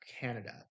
Canada